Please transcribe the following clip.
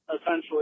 essentially